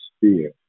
fear